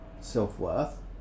self-worth